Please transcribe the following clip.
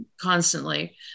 constantly